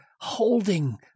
holding